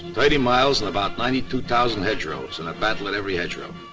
thirty miles and about ninety two thousand hedgerows and a battle at every hedgerow.